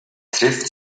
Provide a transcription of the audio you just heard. tritt